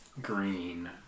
green